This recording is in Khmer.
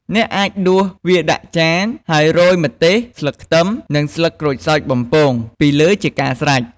អ្នកអាចដួសវាដាក់ចាន ហើយរោយម្ទេស ស្លឹកខ្ទឹម និងស្លឹកក្រូចសើចបំពង ពីលើជាការស្រេច។